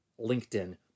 LinkedIn